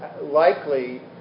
likely